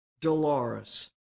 Dolores